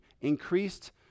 increased